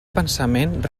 pensament